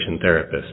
therapist